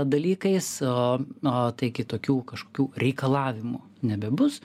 dalykais o o tai kitokių kažkokių reikalavimų nebebus